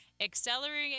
Accelerating